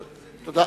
תודה.